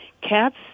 Cats